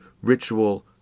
ritual